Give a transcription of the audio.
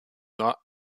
not